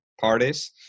parties